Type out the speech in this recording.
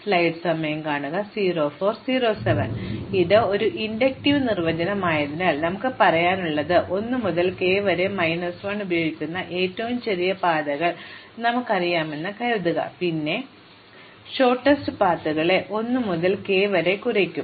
അതിനാൽ ഇത് ഒരു ഇൻഡക്റ്റീവ് നിർവചനമായതിനാൽ നമുക്ക് പറയാനുള്ളത് 1 മുതൽ k വരെ മൈനസ് 1 ഉപയോഗിക്കുന്ന ഏറ്റവും ചെറിയ പാതകൾ നമുക്കറിയാമെന്ന് കരുതുക പിന്നെ ഞാൻ എങ്ങനെ ഹ്രസ്വ പാതകളെ 1 മുതൽ k വരെ കുറയ്ക്കും